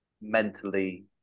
mentally